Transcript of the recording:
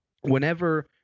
whenever